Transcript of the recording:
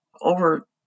over